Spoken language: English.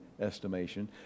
estimation